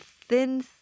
thin